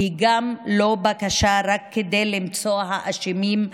והיא גם לא בקשה רק למצוא את האשמים,